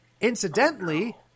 Incidentally